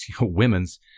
women's